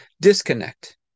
disconnect